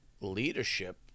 leadership